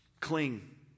cling